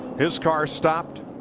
his car stopped.